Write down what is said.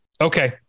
Okay